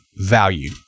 value